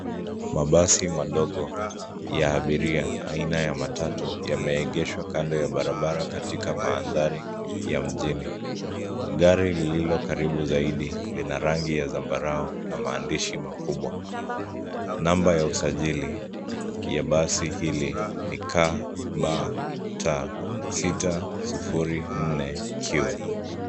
Mabasi madogo ya abiria, aina ya matatu yameegeshwa kando ya barabara, katika mandhari ya mjengo. Gari lililo karibu zaidi lina rangi ya zambarau na maandishi makubwa. Namba ya usajili ya basi hili ni KDT 604 Q.